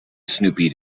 snoopy